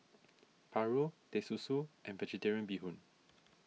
Paru Teh Susu and Vegetarian Bee Hoon